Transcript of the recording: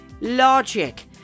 Logic